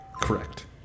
Correct